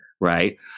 Right